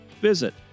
visit